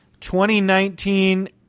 2019